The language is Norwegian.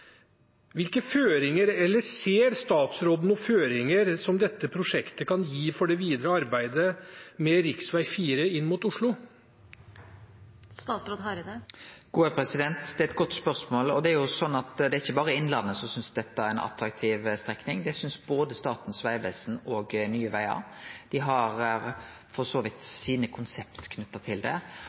Ser statsråden noen føringer som dette prosjektet kan gi for det videre arbeidet med rv. 4 inn mot Oslo? Det er eit godt spørsmål. Det er ikkje berre Innlandet som synest at dette er ei attraktiv strekning. Det synest både Statens vegvesen og Nye Vegar. Dei har for så vidt sine konsept knytte til det.